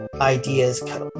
ideas